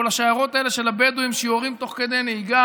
מול השיירות האלה של הבדואים שיורים תוך כדי נהיגה.